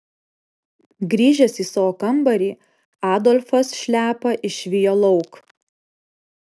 grįžęs į savo kambarį adolfas šliapą išvijo lauk